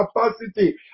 capacity